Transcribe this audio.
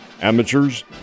amateurs